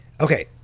Okay